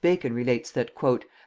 bacon relates that